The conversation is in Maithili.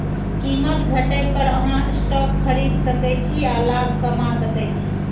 कीमत घटै पर अहां स्टॉक खरीद सकै छी आ लाभ कमा सकै छी